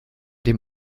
dem